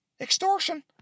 extortion